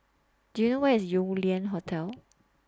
Do YOU know Where IS Yew Lian Hotel